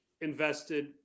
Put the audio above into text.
invested